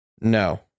No